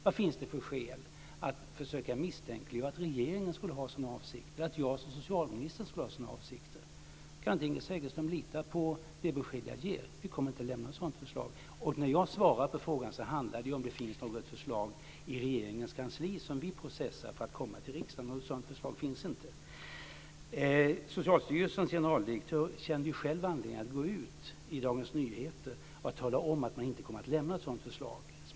Vad finns det för skäl att försöka misstänkliggöra regeringen och påstå att den skulle ha sådana avsikter eller att jag som socialminister skulle ha sådana avsikter? Kan inte Inger Segelström lita på det besked jag ger? Vi kommer inte att lämna något sådant förslag. När jag svarade på frågan handlade det om huruvida det fanns något förslag i regeringens kansli som vi processar för att lämna till riksdagen. Något sådant förslag finns inte. Socialstyrelsens generaldirektör kände själv anledning att gå ut i Dagens Nyheter och tala om att man inte kommer att lämna något sådant förslag.